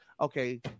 Okay